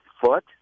foot